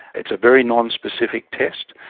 it's a very non-specific test.